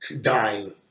dying